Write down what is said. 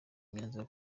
imyanzuro